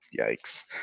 Yikes